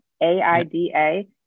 A-I-D-A